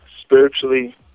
Spiritually